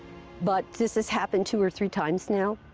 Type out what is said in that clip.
but this has happened two or three times now.